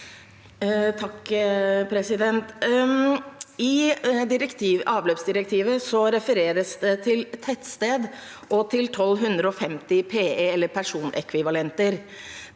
I avløpsdi- rektivet refereres det til tettsted og til 1 250 PE, eller personekvivalenter.